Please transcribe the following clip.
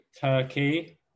Turkey